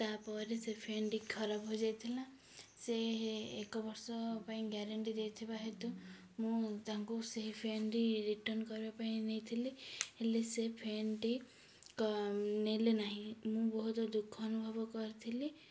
ତା'ପରେ ସେ ଫ୍ୟାନ୍ଟି ଖରାପ ହୋଇଯାଇଥିଲା ସେ ହେ ଏକ ବର୍ଷ ପାଇଁ ଗ୍ୟାରେଣ୍ଟି ଦେଇଥିବା ହେତୁ ମୁଁ ତାଙ୍କୁ ସେହି ଫ୍ୟାନ୍ଟି ରିଟର୍ଣ୍ଣ କରିବା ପାଇଁ ନେଇଥିଲି ହେଲେ ସେ ଫ୍ୟାନ୍ଟି କ ନେଲେ ନାହିଁ ମୁଁ ବହୁତ ଦୁଃଖ ଅନୁଭବ କରିଥିଲି